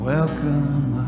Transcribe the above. Welcome